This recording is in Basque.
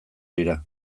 dira